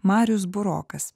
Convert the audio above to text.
marius burokas